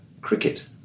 cricket